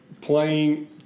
playing